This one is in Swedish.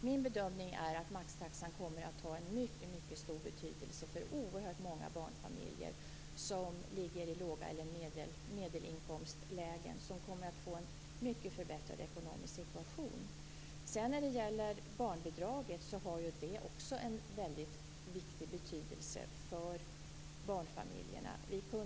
Min bedömning är att maxtaxan kommer att ha en mycket stor betydelse för oerhört många barnfamiljer som ligger i låginkomst eller medelinkomstlägen. Dessa kommer att få en mycket förbättrad ekonomisk situation. Också barnbidraget har en mycket stor betydelse för barnfamiljerna.